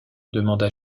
demanda